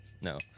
no